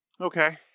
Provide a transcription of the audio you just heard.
okay